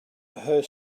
her